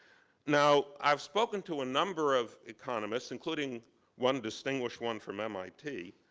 now, i've spoken to a number of economists, including one distinguished one from mit,